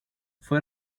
fue